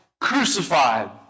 crucified